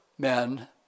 men